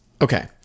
Okay